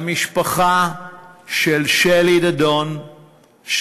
למשפחה של שלי דדון,